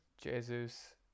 Jesus